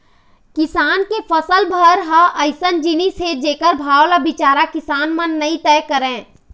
किसान के फसल भर ह अइसन जिनिस हे जेखर भाव ल बिचारा किसान मन नइ तय करय